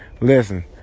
Listen